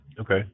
Okay